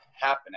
happening